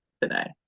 today